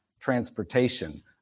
transportation